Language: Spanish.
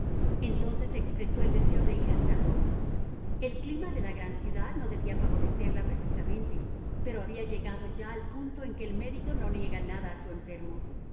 entonces expresó el deseo de ir hasta roma el clima de la gran ciudad no debía favorecerla precisamente pero había llegado ya al punto en que el médico no niega nada a su enfermo